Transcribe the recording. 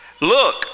Look